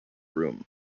room